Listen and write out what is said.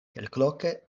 kelkloke